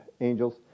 angels